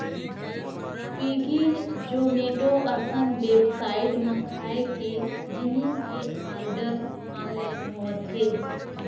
Swiggy, Zomato असन website म खाए के जिनिस के आरडर ऑनलाइन होवत हे